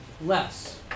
less